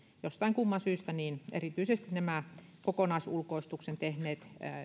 jostain kumman syystä erityisesti nämä kokonaisulkoistuksen tehneet